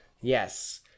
Yes